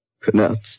Pronounced